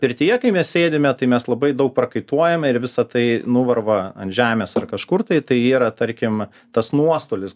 pirtyje kai mes sėdime tai mes labai daug prakaituojame ir visa tai nuvarva ant žemės ar kažkur tai tai yra tarkim tas nuostolis